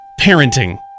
parenting